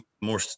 more